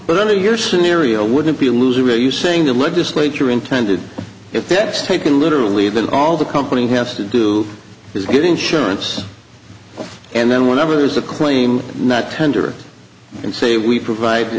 but under your scenario wouldn't be a loser are you saying the legislature intended if that was taken literally then all the company has to do is get insurance and then whenever there's a claim not tender and say we provide